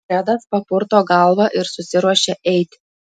fredas papurto galvą ir susiruošia eiti